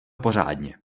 pořádně